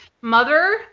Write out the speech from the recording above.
mother